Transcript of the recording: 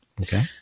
Okay